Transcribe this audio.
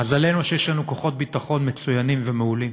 מזלנו שיש לנו כוחות ביטחון מצוינים ומעולים,